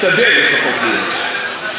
משתדל לפחות להיות.